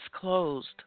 closed